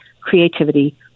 creativity